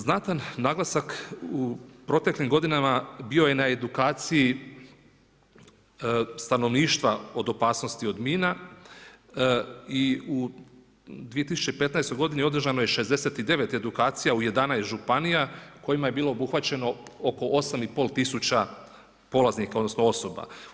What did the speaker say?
Znatan naglasak u proteklim godinama bio je na edukaciji stanovništva od opasnosti od mina i u 2015. godini održano je 69 edukacija u 11 županija, kojima je bilo obuhvaćeno oko 8,5 tisuća polaznika odnosno osoba.